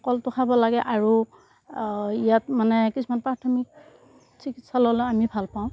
কলটো খাব লাগে আৰু ইয়াত মানে কিছুমান প্ৰাথমিক চিকিৎসা ল'লেও আমি ভাল পাওঁ